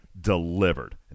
delivered